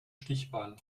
stichwahl